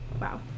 wow